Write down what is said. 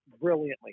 brilliantly